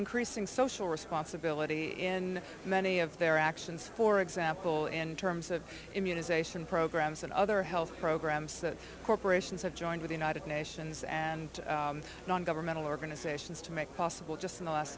increasing social responsibility in many of their actions for example in terms of immunization programs and other health programs that corporations have joined with united nations and non governmental organizations to make possible just in the last